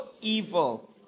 evil